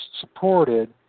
supported